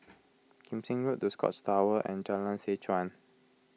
Kim Seng Road the Scotts Tower and Jalan Seh Chuan